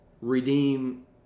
redeem